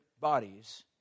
bodies